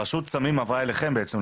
רשות הסמים עברה אליכם בעצם,